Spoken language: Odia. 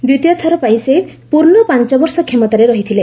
ଦ୍ୱିତୀୟଥର ପାଇଁ ସେ ପୂର୍ଣ୍ଣ ପାଞ୍ଚବର୍ଷ କ୍ଷମତାରେ ରହିଥିଲେ